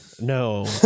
No